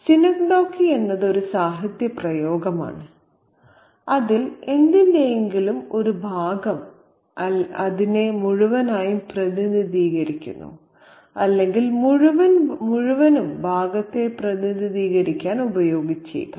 synecdoche എന്നത് ഒരു സാഹിത്യ പ്രയോഗമാണ് അതിൽ എന്തിന്റെയെങ്കിലും ഒരു ഭാഗം അതിനെ മുഴുവനായും പ്രതിനിധീകരിക്കുന്നു അല്ലെങ്കിൽ മുഴുവനും ഭാഗത്തെ പ്രതിനിധീകരിക്കാൻ ഉപയോഗിച്ചേക്കാം